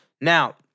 Now